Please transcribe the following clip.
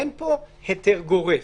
אין פה היתר גורף,